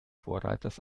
vorreiters